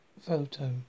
photo